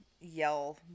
yell